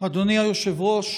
אדוני היושב-ראש,